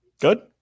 Good